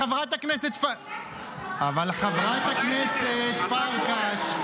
אבל חברת הכנסת פרקש,